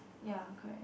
ya correct